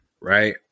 right